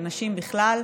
ונשים בכלל,